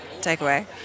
takeaway